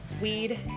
weed